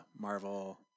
Marvel